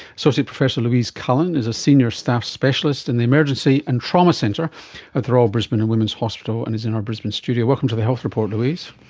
associate professor louise cullen is a senior staff specialist in and the emergency and trauma centre at the royal brisbane and women's hospital and is in our brisbane studio. welcome to the health report louise.